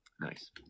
Nice